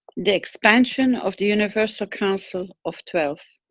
the expansion of the universal council of twelve.